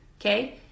okay